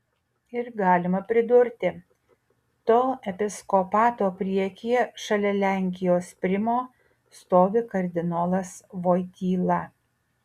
ir galima pridurti to episkopato priekyje šalia lenkijos primo stovi kardinolas voityla